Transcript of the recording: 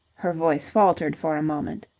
her voice faltered for a moment.